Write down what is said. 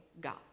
God